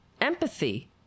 empathy